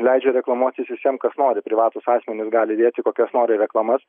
leidžia reklamuotis visiem kas nori privatūs asmenys gali dėti kokias nori reklamas